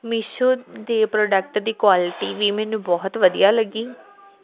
ਮੀਸ਼ੋ ਦੇ ਪ੍ਰੋਡਕਟ ਦੀ ਕੁਆਲਿਟੀ ਵੀ ਮੈਨੂੰ ਬਹੁਤ ਵਧੀਆ ਲੱਗੀ